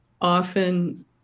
often